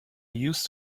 used